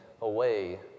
away